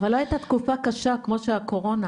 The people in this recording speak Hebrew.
אבל לא היתה תקופה קשה כמו בקורונה,